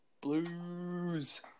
Blues